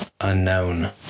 unknown